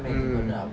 mm